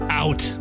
out